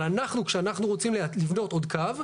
אבל כשאנחנו רוצים לבנות עוד קו,